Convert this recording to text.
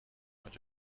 حاج